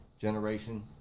generation